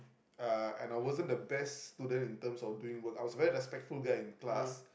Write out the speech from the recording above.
uh and I wasn't the best student in terms doing work but I was very respectful guy in class